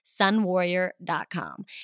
sunwarrior.com